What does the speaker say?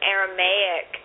Aramaic